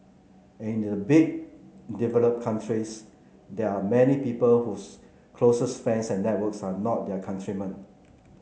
and in the big developed countries there are many people whose closest friends and networks are not their countrymen